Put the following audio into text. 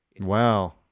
Wow